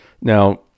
Now